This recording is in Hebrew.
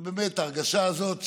ובאמת, ההרגשה הזאת של,